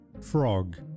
frog